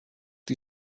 die